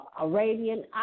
Arabian